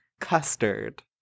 custard